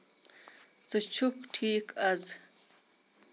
ژٕ چُھکھ ٹھیٖک آز